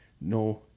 no